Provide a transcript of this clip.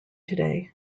today